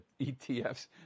ETFs